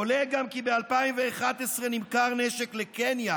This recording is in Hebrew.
עולה גם כי ב-2011 נמכר נשק לקניה,